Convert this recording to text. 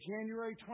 January